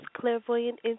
Clairvoyant